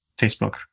Facebook